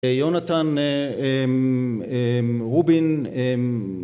יונתן רובין